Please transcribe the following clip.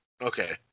Okay